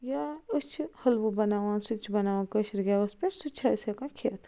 یا أسۍ چھِ حلوٕ بَناوان سُہ تہِ چھُ بَناوان کٲشِرِ گیٚوس پٮ۪ٹھ سُہ تہِ چھِ أسۍ ہٮ۪کان کھیٚتھ